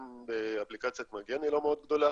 גם באפליקציית מגן היא לא מאוד גדולה